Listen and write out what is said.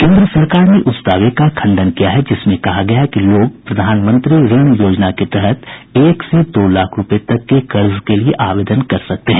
केन्द्र सरकार ने उस दावे का खण्डन किया है जिसमें कहा गया है कि लोग प्रधानमंत्री ऋण योजना के तहत एक से दो लाख रूपये तक के कर्ज के लिए आवेदन कर सकते हैं